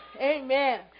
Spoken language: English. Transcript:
amen